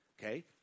Okay